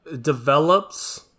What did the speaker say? develops